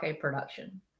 production